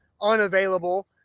unavailable